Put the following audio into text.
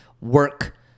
work